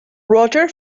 roger